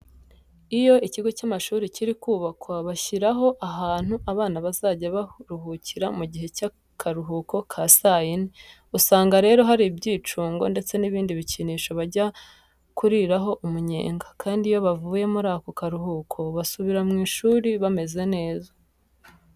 Iyo ikigo cy'amashuri kiri kubakwa, bashyiraho ahantu abana bazajya bajya kuruhukira mu gihe cy'akaruhuko ka saa yine. Usanga rero hari ibyicungo ndetse n'ibindi bikinisho bajya kuriraho umunyenga, kandi iyo bavuye muri ako karuhuko, basubira mu ishuri bameze neza.